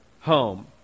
home